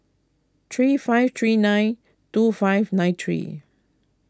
three five three nine two five nine three